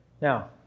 Now